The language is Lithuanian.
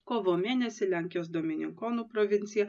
kovo mėnesį lenkijos dominikonų provincija